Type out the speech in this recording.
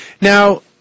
now